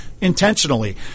intentionally